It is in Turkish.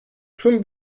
tüm